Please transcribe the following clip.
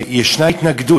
יש התנגדות.